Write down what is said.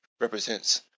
represents